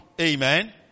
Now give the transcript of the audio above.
amen